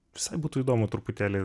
visai būtų įdomu truputėlį